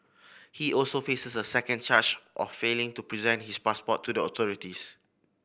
he also faces a second charge of failing to present his passport to the authorities